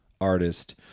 artist